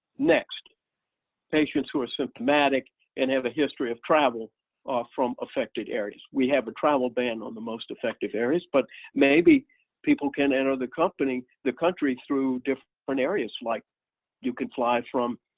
next patients who are symptomatic and have a history of travel from affected areas. we have a travel ban on the most affected areas, but maybe people can enter the company the country through different areas, like you can fly from,